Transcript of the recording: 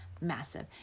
massive